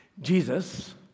Jesus